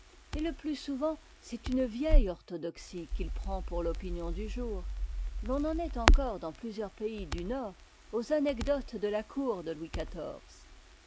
et le plus souvent c'est une vieille orthodoxie qu'il prend pour l'opinion du jour l'on est encore dans plusieurs pays du nord aux anecdotes de la cour de louis